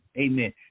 amen